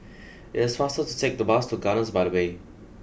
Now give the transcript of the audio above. it is faster to take the bus to gardens by the bay